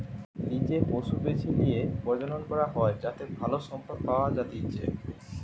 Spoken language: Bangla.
লিজে পশু বেছে লিয়ে প্রজনন করা হয় যাতে ভালো সম্পদ পাওয়া যাতিচ্চে